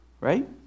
Right